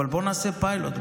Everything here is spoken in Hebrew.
אבל בואו נעשה פיילוט,